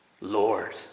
Lord